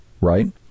right